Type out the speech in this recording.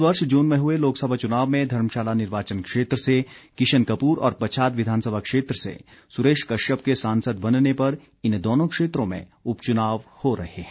इस वर्ष जून में हुए लोकसभा चुनाव में धर्मशाला निर्वाचन क्षेत्र से किशन कपूर और पच्छाद विधानसभा क्षेत्र से सुरेश कश्यप के सांसद बनने पर इन दोनों क्षेत्रों में उपचुनाव हो रहे हैं